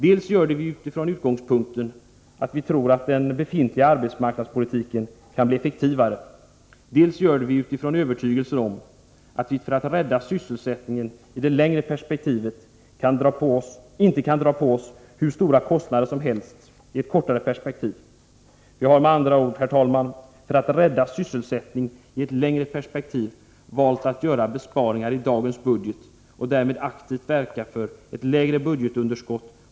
Dels gör vi det från utgångspunkten att vi tror att den befintliga arbetsmarknadspolitiken kan bli effektivare, dels gör vi det utifrån övertygelsen om att vi för att rädda sysselsättningen i det längre perspektivet inte kan dra på oss hur stora kostnader som helst i ett kortare perspektiv. Vi har med andra ord, herr talman, för att rädda sysselsättningen i ett längre perspektiv valt att göra besparingar i dagens budget och därmed aktivt velat verka för ett lägre budgetunderskott.